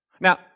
Now